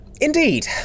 Indeed